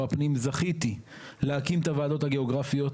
הפנים זכיתי להקים את הוועדות הגיאוגרפיות,